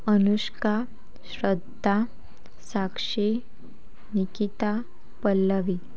Anushka Shraddha Sakshi Nikita Pallavi